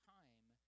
time